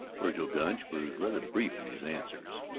vergil gunch was rather brief in his answers.